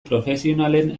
profesionalen